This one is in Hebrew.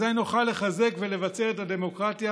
אזיי נוכל לחזק ולבצר את הדמוקרטיה